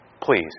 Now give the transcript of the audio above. Please